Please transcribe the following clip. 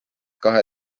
kahe